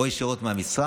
ואם ישירות מהמשרד,